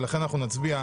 ולכן אנחנו נצביע.